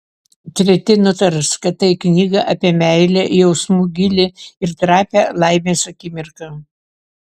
treti nutars kad tai knyga apie meilę jausmų gylį ir trapią laimės akimirką